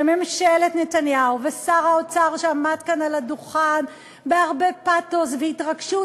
שממשלת נתניהו ושר האוצר שעמד כאן על הדוכן בהרבה פתוס והתרגשות,